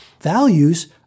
Values